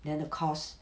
then the cost